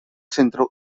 centro